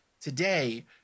today